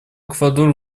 эквадор